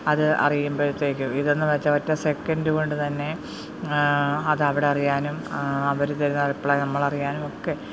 അത് അറിയുമ്പോഴത്തേക്കും ഇതെന്നുവെച്ചാൽ ഒറ്റ സെക്കൻറ്റ് കൊണ്ടുതന്നെ അതവിടെടെയറിയാനും അവർ തരുന്ന റിപ്ലൈ നമ്മളറിയാനുമൊക്കെ